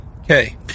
okay